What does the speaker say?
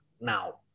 now